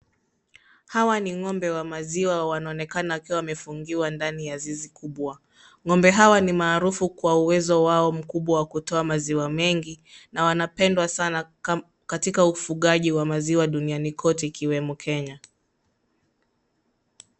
Hawa ni ng'ombe wa maziwa. Wanaonekana wakiwa wamefungiwa ndani ya zizi kubwa. Ng'ombe hawa ni maarufu kwa uwezo wao mkubwa wa kutoa maziwa mengi, na wanapendwa sana katika ufugaji wa maziwa duniani kote, ikiwemo Kenya.